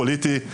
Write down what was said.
הפוליטי,